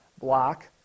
block